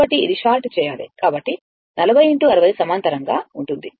కాబట్టి ఇది షార్ట్ చేయాలి కాబట్టి 40 x60 సమాంతరంగా గా ఉంటుంది